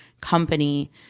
company